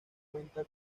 cuenta